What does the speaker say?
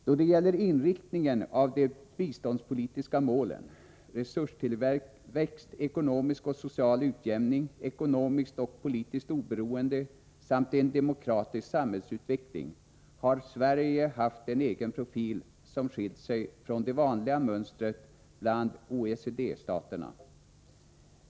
Då det gäller inriktningen av de biståndspolitiska målen resurstillväxt, ekonomisk och social utjämning, ekonomiskt och politiskt oberoende samt en demokratisk samhällsutveckling, har Sverige haft en egen profil som skilt sig från det vanliga mönstret bland OECD-staterna.